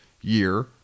year